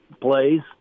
plays